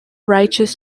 righteous